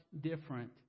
different